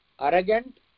arrogant